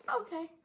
Okay